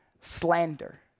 slander